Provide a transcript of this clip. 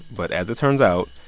but as it turns out,